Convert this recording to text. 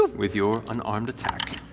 with your unarmed attack.